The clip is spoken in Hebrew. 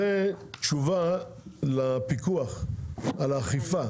זה תשובה לפיקוח על האכיפה.